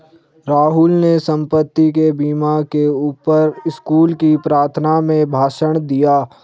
राहुल ने संपत्ति के बीमा के ऊपर स्कूल की प्रार्थना में भाषण दिया